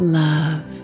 love